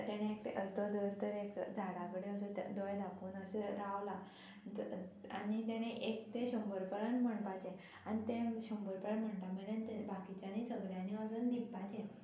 तेणें एकटो धर तर एक झाडाकडेन असो दोळे धापून असो रावला आनी तेणे एक ते शंबर पर्यांत म्हणपाचे आनी ते शंबर पर्यंत म्हणटा मेरेन बाकिच्यांनी सगळ्यांनी वचून लिपपाचें